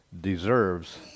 deserves